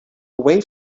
away